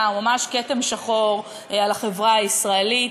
הוא ממש כתם שחור על החברה הישראלית.